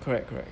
correct correct